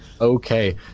Okay